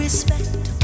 Respect